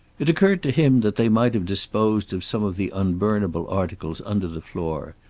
it occurred to him that they might have disposed of some of the unburnable articles under the floor,